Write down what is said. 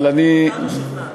אבל אני, אותנו שכנעת.